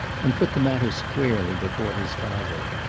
and put the matter squarely before his father.